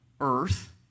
earth